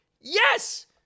Yes